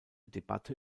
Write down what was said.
debatte